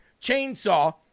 chainsaw